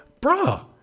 Bruh